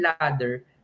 ladder